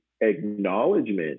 acknowledgement